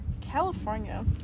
California